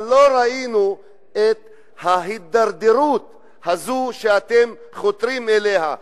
אבל לא ראינו את ההידרדרות הזו שאתם חותרים אליה,